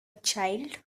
child